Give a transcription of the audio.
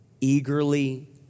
eagerly